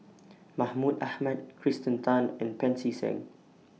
Mahmud Ahmad Kirsten Tan and Pancy Seng